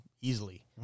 easily